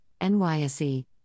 NYSE